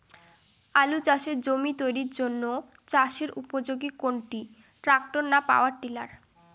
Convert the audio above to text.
আলু চাষের জমি তৈরির জন্য চাষের উপযোগী কোনটি ট্রাক্টর না পাওয়ার টিলার?